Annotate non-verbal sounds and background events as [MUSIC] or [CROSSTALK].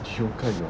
[LAUGHS] 游个泳